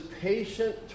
patient